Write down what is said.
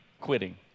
quitting